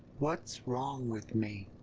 what's wrong with me?